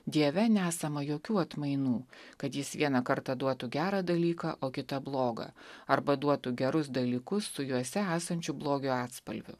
dieve nesama jokių atmainų kad jis vieną kartą duotų gerą dalyką o kitą blogą arba duotų gerus dalykus su juose esančiu blogio atspalviu